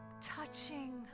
touching